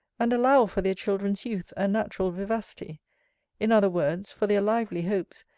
and allow for their children's youth, and natural vivacity in other words, for their lively hopes,